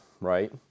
right